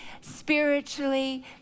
spiritually